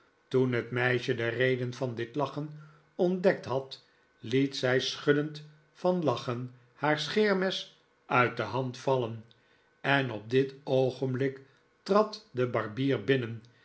toen het meisje de reden van dit lachen ontdekt had liet zij schuddend van lachen haar scheermes uit de hand vallen en op dit oogenblik trad de barbier binnen